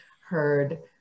heard